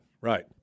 Right